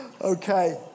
Okay